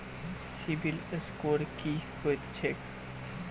CIBIL score की होइत छैक?